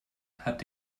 hat